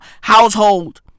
household